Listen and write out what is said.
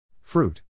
Fruit